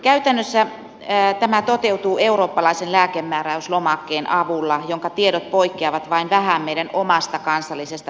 käytännössä tämä toteutuu eurooppalaisen lääkemääräyslomakkeen avulla jonka tiedot poikkeavat vain vähän meidän omasta kansallisesta lääkemääräyslomakkeesta